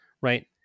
right